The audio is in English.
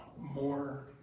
more